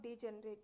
degenerate